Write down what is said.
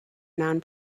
non